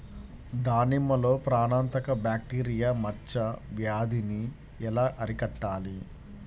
దానిమ్మలో ప్రాణాంతక బ్యాక్టీరియా మచ్చ వ్యాధినీ ఎలా అరికట్టాలి?